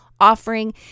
offering